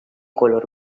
color